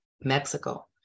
Mexico